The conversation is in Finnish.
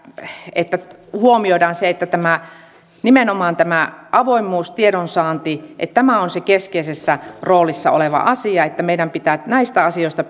että huomioidaan se että nimenomaan tämä avoimuus ja tiedonsaanti on keskeisessä roolissa oleva asia meidän pitää näistä asioista